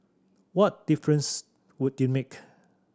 what difference would it make